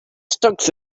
stock